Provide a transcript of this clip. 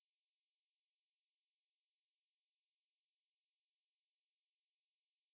啊看可是我看是 like long time ago lah you know 我还小孩